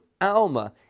Alma